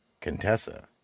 Contessa